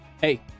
hey